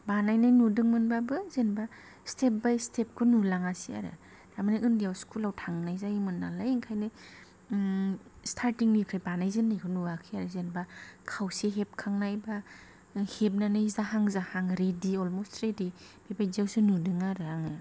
बानायनाय नुदोंमोन बाबो जेनेबा स्टेप बाय स्टेपखौ नुलाङासै आरो थारमानि उन्दैआव स्कुलाव थांनाय जायोमोन नालाय ओंखायनो स्टार्टिंनिफ्राय बानाय जेंनायखौ नुआखै आरो जेनेबा खावसे हेबखांनाय बा हेबनानै जाहां जाहां रेडि अलम'स्ट रेडि बेबायदिआवसो नुदों आरो आङो